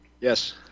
Yes